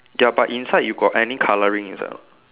ya but inside you got any colouring inside or not